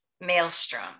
Maelstrom